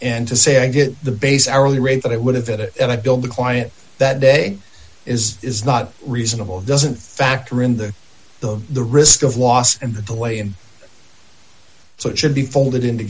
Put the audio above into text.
and to say i get the base hourly rate that it would have it if i build a client that day is is not reasonable doesn't factor in the the the risk of loss and the way and so it should be folded into